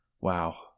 wow